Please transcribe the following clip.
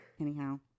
anyhow